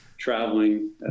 traveling